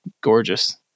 gorgeous